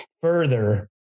further